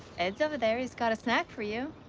ed's over there. he's got a snack for you.